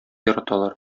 яраталар